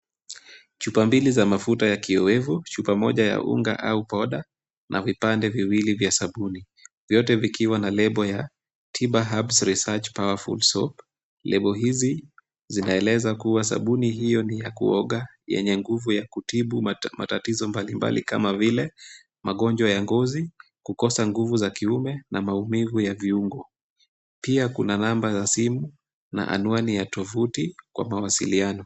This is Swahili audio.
Chupa mbili za mafuta ya kioevu, chupa moja ya unga au poda, na vipande viwili vya sabuni. Vyote vikiwa na lebo ya TIBA-Hubs Research Powerful Soap. Lebo hizi zinaeleza kuwa sabuni hiyo ni ya kuoga, yenye nguvu ya kutibu matatizo mbalimbali kama vile magonjwa ya ngozi, kukosa nguvu za kiume, na maumivu ya viungo. Pia kuna namba za simu na anuani ya tovuti kwa mawasiliano.